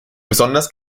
besonders